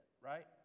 right